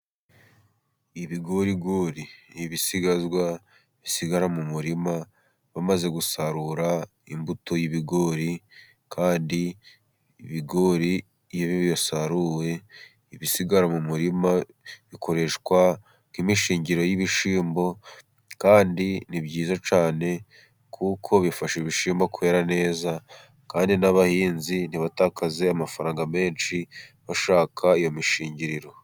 Ibigorigori ni ibisigazwa bisigara mu murima wamaze gusarurwamo imbuto y'ibigori, kandi ibigori iyo bisaruwe, ibisigara mu murima bikoreshwa nk'imishingiriro y'ibishyimbo, kandi ni byiza cyane kuko bifasha ibishyimbo kwera neza, kandi n'abahinzi ntibatakaze amafaranga menshi bashaka iyo mishingiriro.